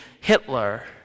Hitler